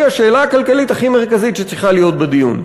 השאלה הכלכלית הכי מרכזית שצריכה להיות בדיון.